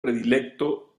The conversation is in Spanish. predilecto